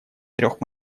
трех